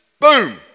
Boom